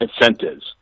incentives